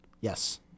Yes